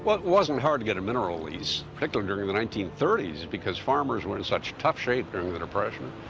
but wasn't hard to get a mineral lease, particularly during the nineteen thirty s because farmers were in such tough shape during the depression.